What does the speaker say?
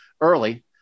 early